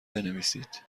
بنویسید